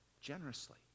generously